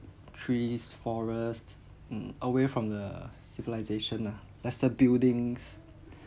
trees forest mm away from the civilisation nah lesser buildings